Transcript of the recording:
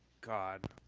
God